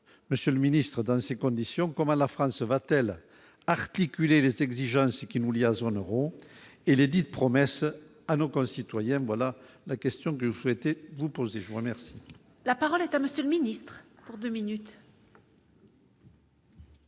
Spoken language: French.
monsieur le Ministre, dans ces conditions, comment la France va-t-elle articuler les exigences qui nous lie à Zone Euro et les dites promesses à nos concitoyens, voilà la question que vous souhaitez vous posez, je vous remercie. La parole est à monsieur le ministre, pour 2 minutes.